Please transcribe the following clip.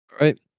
right